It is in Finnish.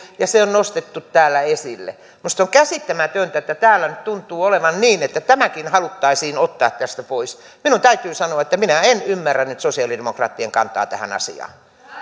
ja se on nostettu täällä esille minusta on käsittämätöntä että täällä nyt tuntuu olevan niin että tämäkin haluttaisiin ottaa tästä pois minun täytyy sanoa että minä en ymmärrä nyt sosialidemokraattien kantaa tähän asiaan